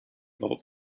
bulb